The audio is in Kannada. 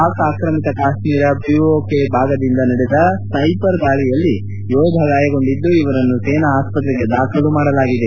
ಪಾಕ್ ಆಕ್ರಮಿತ ಕಾಶ್ನೀರ ಪಿಒಕೆ ಭಾಗದಿಂದ ನಡೆದ ಸ್ಟೈಪರ್ ದಾಳಿಯಲ್ಲಿ ಯೋಧ ಗಾಯಗೊಂಡಿದ್ದು ಇವರನ್ನು ಸೇನಾ ಆಸ್ಪತ್ರೆಗೆ ದಾಖಲು ಮಾಡಲಾಗಿದೆ